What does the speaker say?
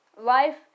life